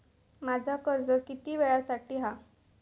माझा कर्ज किती वेळासाठी हा?